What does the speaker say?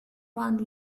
one